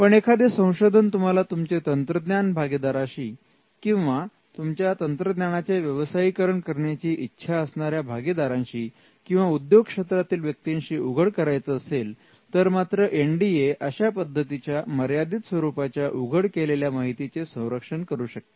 पण एखादे संशोधन तुम्हाला तुमचे तंत्रज्ञान भागीदाराशी किंवा तुमच्या तंत्रज्ञानाचे व्यवसायीकरण करण्याची इच्छा असणाऱ्या भागीदाराशी किंवा उद्योग क्षेत्रातील व्यक्तींशी उघड करायचे असेल तर मात्र एन डी ए अशा पद्धतीच्या मर्यादित स्वरूपाच्या उघड केलेल्या माहितीचे संरक्षण करू शकते